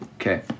okay